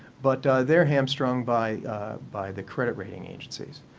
but they're hamstrung by by the credit rating agencies.